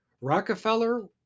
Rockefeller